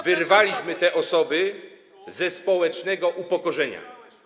Wyrwaliśmy te osoby ze społecznego upokorzenia.